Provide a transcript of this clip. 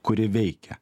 kuri veikia